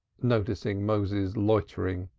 noticing moses loitering.